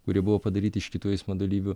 kurie buvo padaryti iš kitų eismo dalyvių